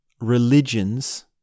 religions